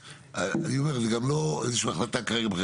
זאת גם לא איזושהי החלטה כרגע.